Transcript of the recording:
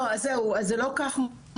לא, אז זהו, אז זה לא כך מוגדר.